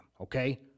okay